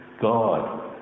God